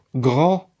Grand